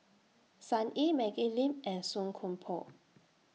Sun Yee Maggie Lim and Song Koon Poh